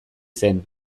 zen